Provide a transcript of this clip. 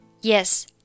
Yes